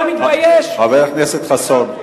חבר הכנסת חסון,